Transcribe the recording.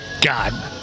God